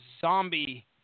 zombie